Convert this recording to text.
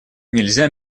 нельзя